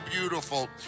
beautiful